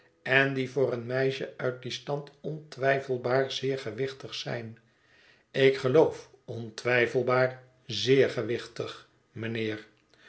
en die voor een meisje uit dien stand ontwijfelbaar zeer gewichtig zijn ik geloof ontwijfelbaar zeer gewichtig mijnheer